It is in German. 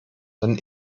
dann